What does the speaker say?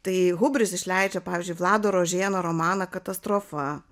tai hubris išleidžia pavyzdžiui vlado rožėno romaną katastrofa